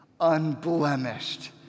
unblemished